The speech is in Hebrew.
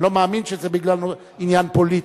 אני לא מאמין שזה בגלל עניין פוליטי,